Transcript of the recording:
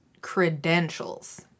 credentials